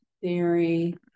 theory